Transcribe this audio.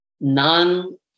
non-